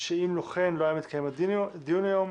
שאם לא כן לא היה מתקיים הדיון היום.